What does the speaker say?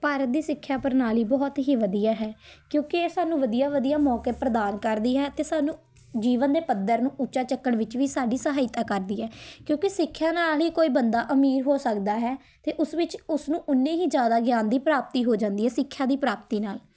ਭਾਰਤ ਦੀ ਸਿੱਖਿਆ ਪ੍ਰਣਾਲੀ ਬਹੁਤ ਹੀ ਵਧੀਆ ਹੈ ਕਿਉਂਕਿ ਇਹ ਸਾਨੂੰ ਵਧੀਆ ਵਧੀਆ ਮੌਕੇ ਪ੍ਰਦਾਨ ਕਰਦੀ ਹੈ ਅਤੇ ਸਾਨੂੰ ਜੀਵਨ ਦੇ ਪੱਧਰ ਨੂੰ ਉੱਚਾ ਚੁੱਕਣ ਵਿੱਚ ਵੀ ਸਾਡੀ ਸਹਾਇਤਾ ਕਰਦੀ ਹੈ ਕਿਉਂਕਿ ਸਿੱਖਿਆ ਨਾਲ ਹੀ ਕੋਈ ਬੰਦਾ ਅਮੀਰ ਹੋ ਸਕਦਾ ਹੈ ਅਤੇ ਉਸ ਵਿੱਚ ਉਸਨੂੰ ਉਨੀ ਹੀ ਜ਼ਿਆਦਾ ਗਿਆਨ ਦੀ ਪ੍ਰਾਪਤੀ ਹੋ ਜਾਂਦੀ ਆ ਸਿੱਖਿਆ ਦੀ ਪ੍ਰਾਪਤੀ ਨਾਲ